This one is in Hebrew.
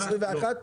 ה-21?